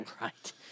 Right